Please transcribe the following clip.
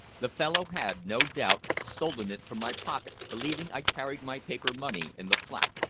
the fellow had, no doubt, stolen it from my pocket believing i carried my paper money in the flap.